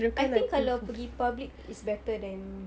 I think kalau pergi public is better than